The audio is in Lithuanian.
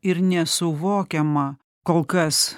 ir nesuvokiama kol kas